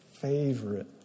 favorite